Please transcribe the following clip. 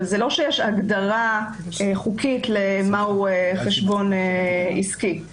אבל זה לא שיש הגדרה חוקית למהו חשבון עסקי.